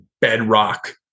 bedrock